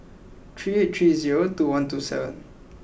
three eight three zero two one two seven